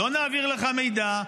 לא נעביר לך מידע,